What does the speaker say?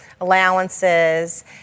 allowances